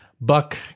buck